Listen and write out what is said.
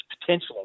potential